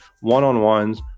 one-on-ones